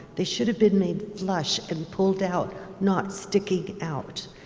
they should have been made flush and pulled out, not sticking out.